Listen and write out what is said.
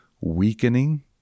weakening